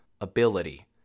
ability